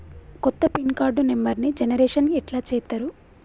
కొత్త pin card నెంబర్ని generation ఎట్లా చేత్తరు?